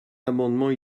amendements